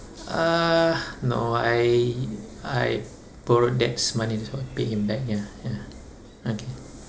uh no I I borrowed dex's money that's why I pay him back ya ya okay